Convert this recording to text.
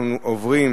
אנחנו עוברים